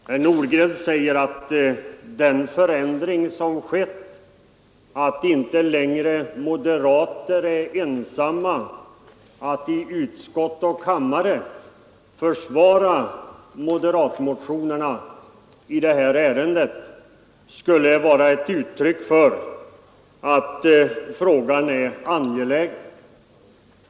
Herr talman! Herr Nordgren säger att den förändring som skett, att moderaterna inte längre är ensamma om att i utskott och kammare försvara moderatmotionerna i detta ärende, skulle vara ett uttryck för att frågan är angelägen.